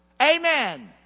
Amen